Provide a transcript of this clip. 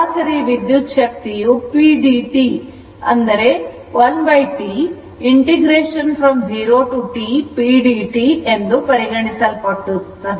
ಸರಾಸರಿ ವಿದ್ಯುತ್ ಶಕ್ತಿಯು p dt p 1T 0 to T ಎಂದು ಪರಿಗಣಿಸಲ್ಪಡುತ್ತದೆ